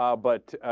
ah but